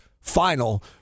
final